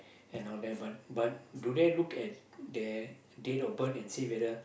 and all that but but do they look their date of birth and see whether